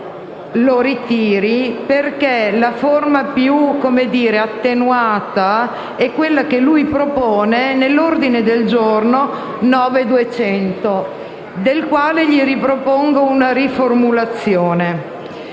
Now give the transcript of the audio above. lo ritiri perché la forma più attenuata è quella che lui propone nell'ordine del giorno G9.200, del quale propongo una riformulazione.